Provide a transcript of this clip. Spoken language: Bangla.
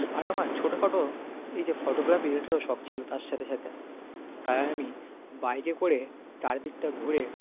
আর আমার ছোটোখাটো এই যে ফটোগ্রাফি এটারও শখ ছিলো তার সাথে সাথে তাই আমি বাইকে করে চারিদিকটা ঘুরে